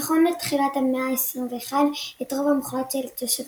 נכון לתחילת המאה ה־21, את הרוב המוחלט של תושביה.